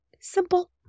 simple